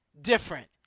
Different